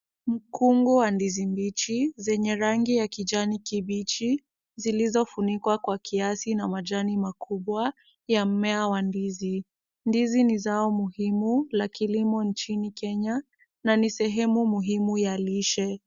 Mkungu wa ndizi mbichi, zenye rangi ya kijani kibichi ziliyzofunikwa kwa kiasi na majani makubwa ya mmea wa ndizi. Ndizi ni zao muhimu la kilimo nchini Kenya na ni sehemu muhimu ya lishe.